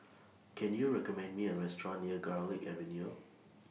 Can YOU recommend Me A Restaurant near Garlick Avenue